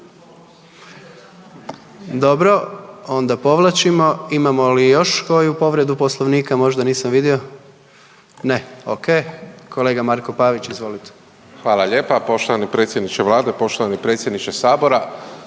Dobro, onda povlačimo, imamo li još koju povredu Poslovnika, možda nisam vidio? Ne, okej. Kolega Marko Pavić, izvolite. **Pavić, Marko (HDZ)** Hvala lijepa. Poštovani predsjedniče vlade, poštovani predsjedniče sabora.